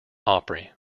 opry